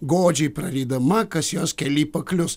godžiai prarydama kas jos kelyje paklius